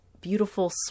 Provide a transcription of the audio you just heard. beautiful